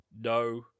no